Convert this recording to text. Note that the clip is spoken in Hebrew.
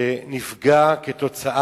עדיין האופציה